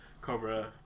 Cobra